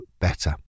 better